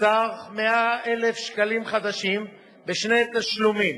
בסך 100,000 שקלים חדשים בשני תשלומים,